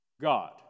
God